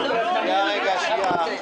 --- אי אפשר שהוא ככה יפריע.